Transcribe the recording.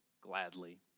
gladly